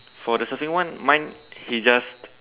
for the surfing one mine he just